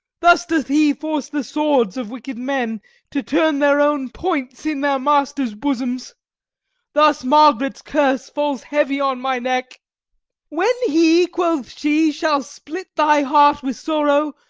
thus doth he force the swords of wicked men to turn their own points in their masters' bosoms thus margaret's curse falls heavy on my neck when he, quoth she, shall split thy heart with sorrow,